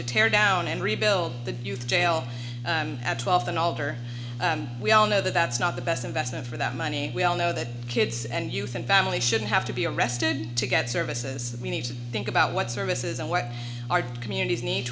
to tear down and rebuild the youth jail at twelve an altar we all know that's not the best investment for that money we all know that kids and youth and family shouldn't have to be arrested to get services that we need to think about what services and what our communities need